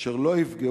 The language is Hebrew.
אשר לא יפגעו,